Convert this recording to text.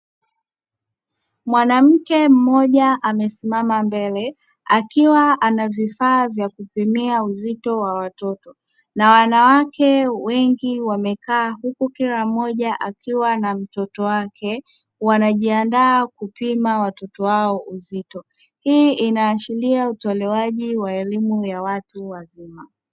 Mwanamke mmoja amesimama mbele akiwa na vifaa vya kupimia uzito wa watoto na wanawake wengi wamekaa huku kila mmoja akiwa na mtoto wake wanajiandaa kupima watoto wao uzito hii inaashiria utolewaji wa elimu ya watu wazima.